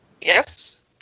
Yes